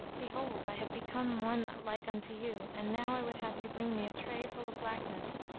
behold i have become one like unto you and now i would have you bring me a tray full of blackness,